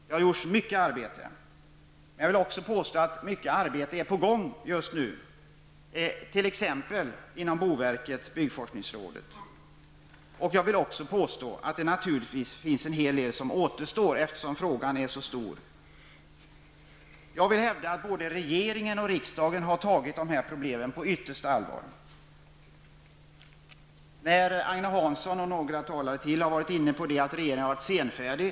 Det är mycket arbete som har lagts ned i det här sammanhanget. Jag vill också påstå att mycket arbete är på gång just nu, t.ex. inom boverket och byggforskningsrådet. Men naturligtvis är det en hel del uppgifter som återstår. Frågan är ju så pass omfattande. Jag hävdar alltså att både regeringen och riksdagen har tagit problemen på ytterst stort allvar. Agne Hansson och några andra talare här har talat om regeringens senfärdighet.